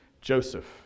Joseph